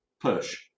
push